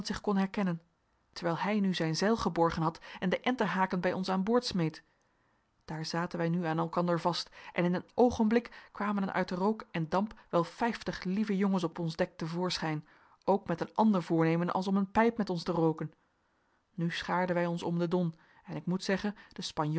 kon herkennen terwijl hij nu zijn zeil geborgen had en de enterhaken bij ons aan boord smeet daar zaten wij nu aan elkander vast en in een oogenblik kwamen er uit den rook en damp wel vijftig lieve jongens op ons dek te voorschijn ook met een ander voornemen als om een pijp met ons te rooken nu schaarden wij ons om den don en ik moet zeggen de